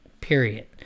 period